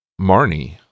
Marnie